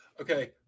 Okay